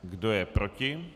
Kdo je proti?